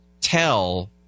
tell